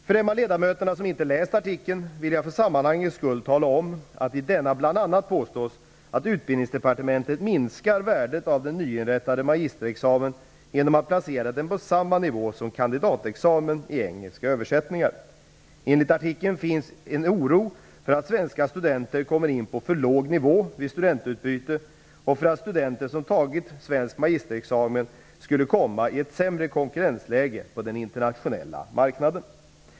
För dem av ledamöterna som inte läst artikeln vill jag för sammanhangets skull tala om att i denna bl.a. påstås att Utbildningsdepartementet minskar värdet av den nyinrättade magisterexamen genom att placera den på samma nivå som kandidatexamen i engelska översättningar. Enligt artikeln finns en oro för att svenska studenter kommer in på ''för låg nivå'' vid studentutbyte och för att studenter som tagit en svensk magisterexamen skulle komma i ett sämre konkurrensläge på den internationella arbetsmarknaden.